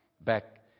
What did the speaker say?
back